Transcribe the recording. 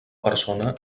persona